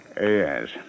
Yes